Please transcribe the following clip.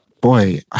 boy